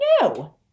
No